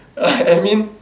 I I mean